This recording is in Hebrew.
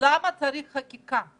למה צריך חקיקה.